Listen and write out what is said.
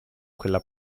quella